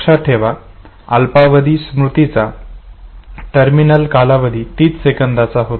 लक्षात ठेवा अल्पावधी स्मृतीचा टर्मिनल कालावधी तीस सेकंदांचा होता